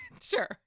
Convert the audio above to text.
Sure